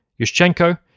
Yushchenko